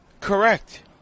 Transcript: Correct